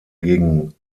gegen